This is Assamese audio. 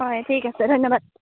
হয় ঠিক আছে ধন্যবাদ